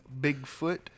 Bigfoot